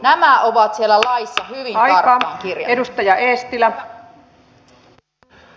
nämä on siellä laissa hyvin tarkkaan kirjattu